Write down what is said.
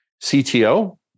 CTO